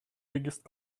biggest